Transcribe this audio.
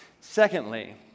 Secondly